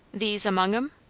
these among em?